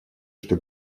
что